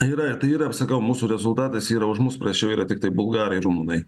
yra tai yra sakau mūsų rezultatas yra už mus prasčiau yra tiktai bulgarai ir rumunai